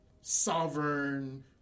sovereign